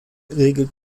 regelt